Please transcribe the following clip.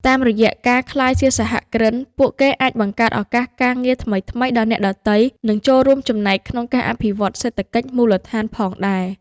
តាមរយៈការក្លាយជាសហគ្រិន ពួកគេអាចបង្កើតឱកាសការងារថ្មីៗដល់អ្នកដទៃ និងចូលរួមចំណែកក្នុងការអភិវឌ្ឍសេដ្ឋកិច្ចមូលដ្ឋានផងដែរ។